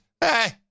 hey